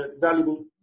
valuable